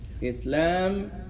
Islam